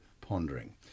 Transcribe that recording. pondering